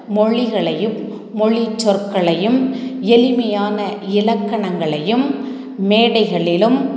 மொழிகளையும் மொழிச்சொற்களையும் எளிமையான இலக்கணங்களையும் மேடைகளிலும்